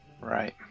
Right